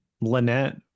lynette